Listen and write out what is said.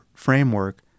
framework